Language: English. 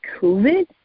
COVID